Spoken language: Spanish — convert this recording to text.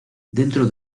dentro